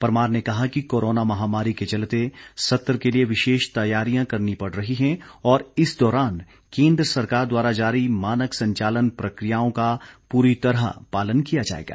परमार ने कहा कि कोरोना महामारी के चलते सत्र के लिए विशेष तैयारियां करनी पड़ रही हैं और इस दौरान केंद्र सरकार द्वारा जारी मानक संचालन प्रकियाओं का पूरी तरह पालन किया जाएगा